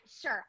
Sure